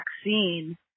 vaccine